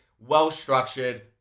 well-structured